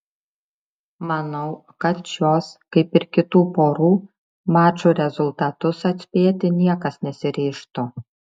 manau kad šios kaip ir kitų porų mačų rezultatus atspėti niekas nesiryžtų